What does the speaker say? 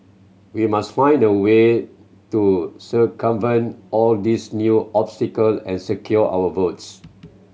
we must find a way to circumvent all these new obstacle and secure our votes